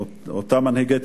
איזה מנהיגים?